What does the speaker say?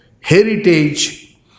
heritage